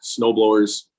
snowblowers